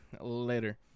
Later